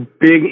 big